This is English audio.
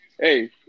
Hey